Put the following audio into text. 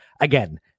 Again